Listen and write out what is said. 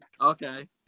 okay